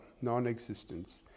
non-existence